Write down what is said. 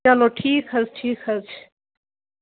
چلو ٹھیٖک حظ ٹھیٖک حظ